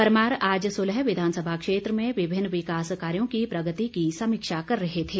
परमार आज सुलह विधानसभा क्षेत्र में विभिन्न विकास कार्यों की प्रगति की समीक्षा कर रहे थे